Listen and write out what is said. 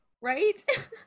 right